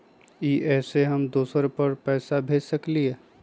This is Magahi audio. इ सेऐ हम दुसर पर पैसा भेज सकील?